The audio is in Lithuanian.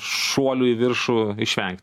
šuolių į viršų išvengt